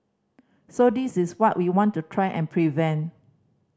so this is what we want to try and prevent